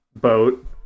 boat